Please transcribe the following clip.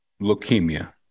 leukemia